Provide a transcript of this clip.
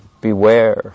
beware